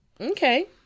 Okay